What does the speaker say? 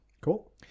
Cool